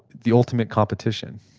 the ultimate competition